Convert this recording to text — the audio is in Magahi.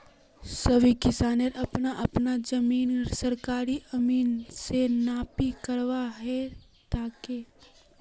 सभी किसानक अपना अपना जमीन सरकारी अमीन स नापी करवा ह तेक